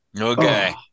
Okay